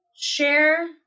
share